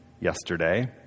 yesterday